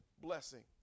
blessing